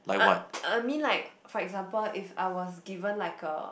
ah I I mean like for example if I was given like a